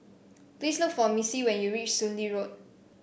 please look for Missie when you reach Soon Lee Road